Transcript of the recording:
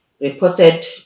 reported